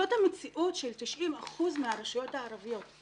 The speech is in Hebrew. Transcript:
זאת המציאות של 90% מהרשויות הערביות.